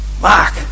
Mark